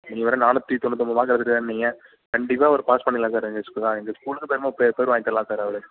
நீங்கள் வேறு நானூற்றி தொண்ணுத்தொம்போது மார்க் எடுத்திருக்காருன்னீங்க கண்டிப்பாக அவரு பாஸ் பண்ணிடலாம் சார் எங்கள் ஸ்கூலு எங்கள் ஸ்கூல் பெருமை பேர் வாங்கித்தரலாம் சார் அவரு